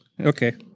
Okay